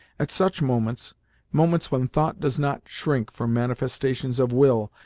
at such moments moments when thought does not shrink from manifestations of will,